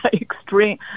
Extreme